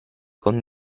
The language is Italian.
con